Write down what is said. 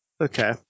Okay